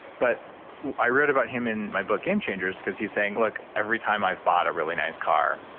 but i wrote about him in my book game changers because he's saying, look, every time i've bought a really nice car,